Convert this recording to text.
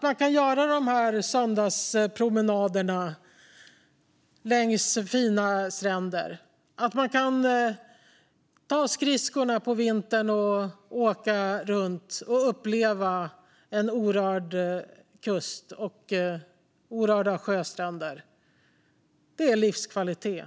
Man kan ta söndagspromenader längs fina ständer. På vintern kan man ta skridskorna och åka runt och uppleva orörd kust och orörda sjöstränder. Det är livskvalitet.